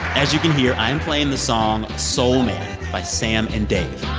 as you can hear, i am playing the song soul man by sam and dave